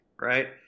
right